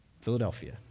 Philadelphia